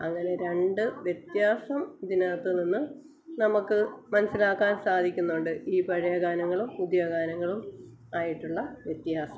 അങ്ങനെ രണ്ട് വ്യത്യാസം ഇതിനകത്ത് നിന്ന് നമുക്ക് മനസ്സിലാക്കാന് സാധിക്കുന്നുണ്ട് ഈ പഴയ ഗാനങ്ങളും പുതിയ ഗാനങ്ങളും ആയിട്ടുള്ള വ്യത്യാസം